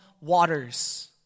waters